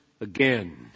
again